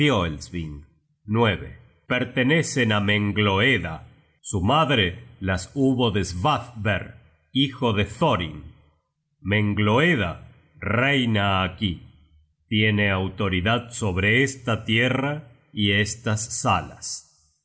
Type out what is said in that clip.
fioelsving pertenecen á mengloeda su madre las hubo de svafver hijo de thorin mengloeda reina aquí tiene autoridad sobre esta tierra y estas salas